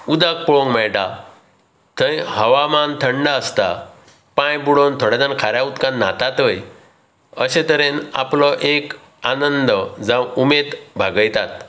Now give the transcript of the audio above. उदक पळोवंक मेळटा थंय हवामान थंड आसता पांय बुडोवन थोडे जाण खाऱ्या उदकांत न्हातातय अशे तरेन आपलो एक आनंद जावं उमेद भागयतात